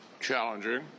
challenging